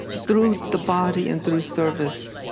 through the body and through service,